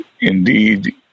indeed